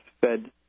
fed